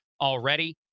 already